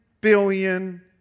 billion